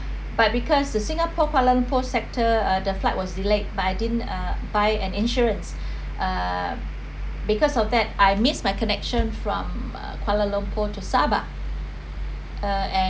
but because the singapore kuala lumpur sector uh the flight was delayed but I didn't uh buy an insurance uh because of that I miss my connection from uh kuala lumpur to sabah uh and